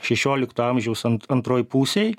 šešiolikto amžiaus antroj pusėj